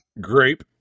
Grape